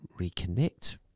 reconnect